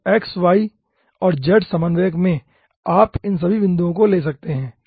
तो x y और z समन्वयक में आप इन सभी बिंदुओं को ले सकते हैं